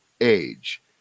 age